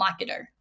Marketer